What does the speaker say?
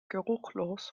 geruchlos